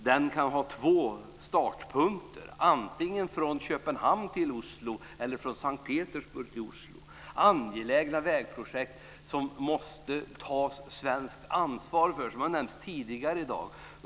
Den kan ha två startpunkter, antingen från Köpenhamn till Oslo eller från S:t Petersburg till Oslo. Det är angelägna vägprojekt som det måste tas svenskt ansvar för. De har nämnts tidigare i dag.